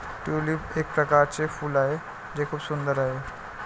tulip एक प्रकारचे फूल आहे जे खूप सुंदर आहे